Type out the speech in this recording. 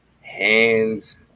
Hands